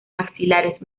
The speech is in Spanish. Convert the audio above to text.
axilares